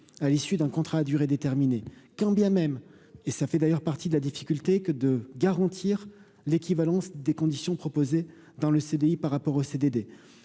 à l'issue d'un contrat à durée déterminée, quand bien même, et ça fait d'ailleurs partie de la difficulté que de garantir l'équivalence des conditions proposées dans le CDI par rapport au CDD,